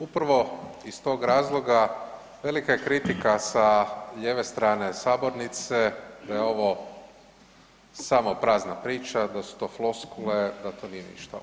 Upravo iz tog razloga velika je kritika sa lijeve strane sabornice da je ovo samo prazna priča, da su to floskule, da to nije ništa.